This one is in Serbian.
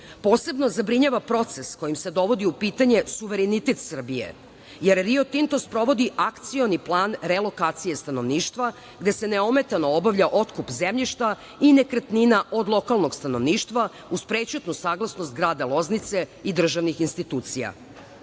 Posebno zabrinjava proces kojim se dovodi u pitanje suverenitet Srbije, jer „Rio Tinto“ sprovodi akcioni plan relokacije stanovništva da se neometano obavlja otkup zemljišta i nekretnina od lokalnog stanovništva uz prećutnu saglasnost grada Loznice i državnih institucija. Početne